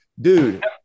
dude